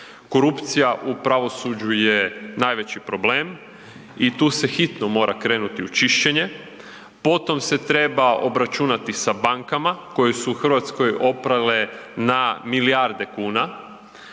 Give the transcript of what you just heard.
korupcija u pravosuđu je najveći problem i tu se hitno mora krenuti u čišćenje, potom se treba obračunati sa bankama koje su u Hrvatskoj oprale na milijarde kuna.